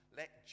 let